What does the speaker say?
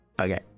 Okay